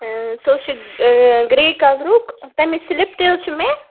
اۭں سُہ حظ چھُ اے گرے کَلرُک تَمِچ سِلِپ تہِ حظ چھِ مےٚ